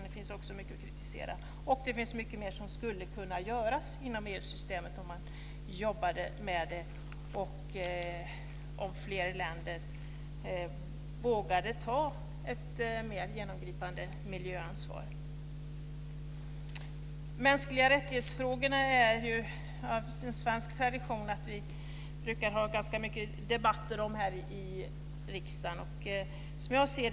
Det finns mycket att kritisera. Mycket mer skulle kunna göras inom EU-systemet, om man jobbade med det och om fler länder vågade ta ett mer genomgripande miljöansvar. Det är en svensk tradition att vi har många debatter här i riksdagen om mänskliga rättigheter.